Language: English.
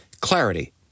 Clarity